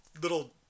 little